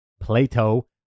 plato